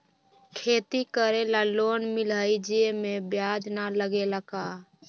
खेती करे ला लोन मिलहई जे में ब्याज न लगेला का?